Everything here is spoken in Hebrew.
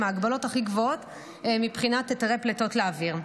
עם ההגבלות הכי גבוהות מבחינת היתרי פליטות לאוויר.